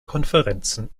konferenzen